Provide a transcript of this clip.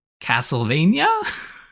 castlevania